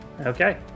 Okay